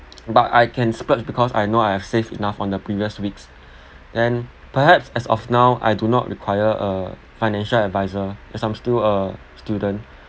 but I can splurge because I know I have saved enough on the previous weeks and perhaps as of now I do not require a financial advisor as I'm still a student